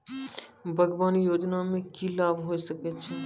बागवानी योजना मे की लाभ होय सके छै?